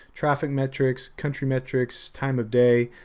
traffic metrics, country metrics, time of day.